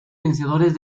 vencedores